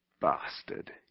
bastard